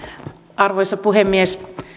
arvoisa puhemies